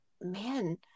man